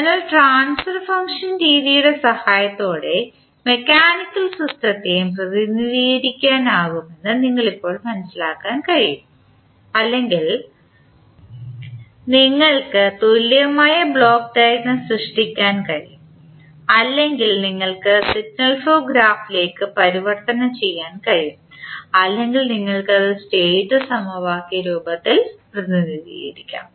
അതിനാൽ transfer function രീതിയുടെ സഹായത്തോടെ മെക്കാനിക്കൽ സിസ്റ്റത്തെയും പ്രതിനിധീകരിക്കാമെന്ന് നിങ്ങൾക്ക് ഇപ്പോൾ മനസിലാക്കാൻ കഴിയും അല്ലെങ്കിൽ നിങ്ങൾക്ക് തുല്യമായ ബ്ലോക്ക് ഡയഗ്രം സൃഷ്ടിക്കാൻ കഴിയും അല്ലെങ്കിൽ നിങ്ങൾക്ക് സിഗ്നൽ ഫ്ലോ ഗ്രാഫിലേക്ക് പരിവർത്തനം ചെയ്യാൻ കഴിയും അല്ലെങ്കിൽ നിങ്ങൾക്ക് അത് സ്റ്റേറ്റ് സമവാക്യം രൂപത്തിൽ പ്രതിനിധീകരിക്കാം